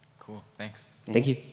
cool thanks. thank you.